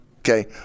okay